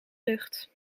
lucht